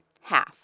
half